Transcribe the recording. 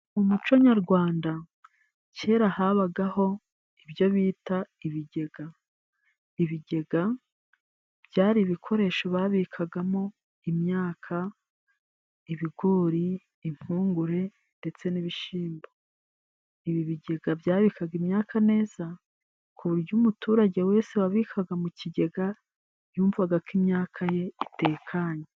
Mu muco nyarwanda kera habagaho ibyo bita ibigega, ibigega byari ibikoresho babikagamo imyaka: ibigori, impungure ndetse n'ibishyimbo. Ibi bigega byabikaga imyaka neza ku buryo umuturage wese wabikaga mu kigega yumvaga ko imyaka ye itekanye.